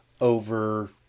over